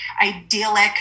idyllic